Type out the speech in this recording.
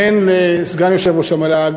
והן לסגן יושב-ראש המל"ג,